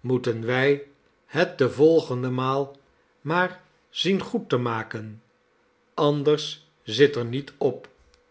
moeten wij het de volgende maal maar zien goed te maken anders zit er niet op